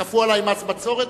כפו עלי מס בצורת,